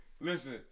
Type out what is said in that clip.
listen